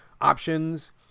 options